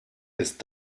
ist